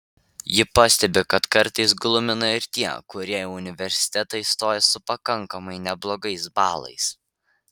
ji pastebi kad kartais glumina ir tie kurie į universitetą įstoja su pakankamai neblogais balais